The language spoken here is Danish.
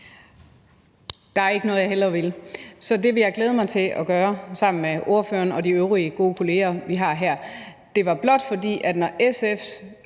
Der er ikke noget, jeg hellere vil, så det vil jeg glæde mig til at gøre sammen med ordføreren og de øvrige gode kolleger, vi har her. Det var blot, fordi jeg, når